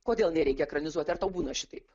kodėl nereikia ekranizuoti ar to būna šitaip